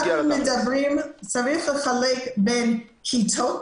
צריך לחלק בין כיתות,